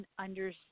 understand